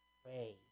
pray